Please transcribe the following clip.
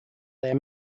their